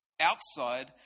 outside